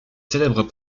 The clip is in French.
célèbres